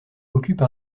occupe